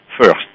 first